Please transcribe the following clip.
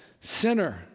sinner